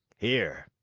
here,